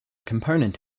component